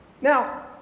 Now